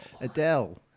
Adele